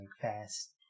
fast